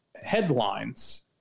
headlines